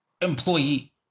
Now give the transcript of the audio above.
employee